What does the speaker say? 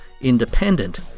independent